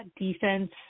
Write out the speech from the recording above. defense